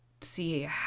see